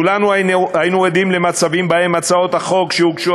כולנו היינו עדים למצבים שבהם הצעות החוק שהוגשו